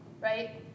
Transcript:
right